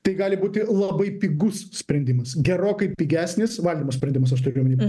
tai gali būti labai pigus sprendimas gerokai pigesnis valdymo sprendimas aš turiu omeny